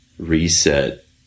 reset